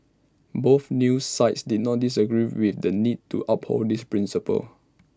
both news sites did not disagree with the need to uphold this principle